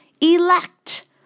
elect